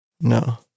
no